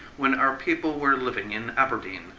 when our people were living in aberdeen,